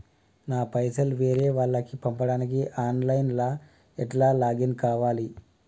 నా పైసల్ వేరే వాళ్లకి పంపడానికి ఆన్ లైన్ లా ఎట్ల లాగిన్ కావాలి?